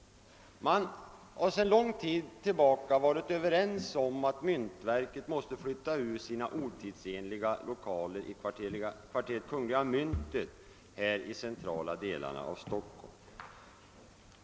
Man har sedan lång tid varit överens om att myntverket måste flytta ur sina otidsenliga lokaler i kvarteret Kungl. Myntet i den centrala delen av Stockholm.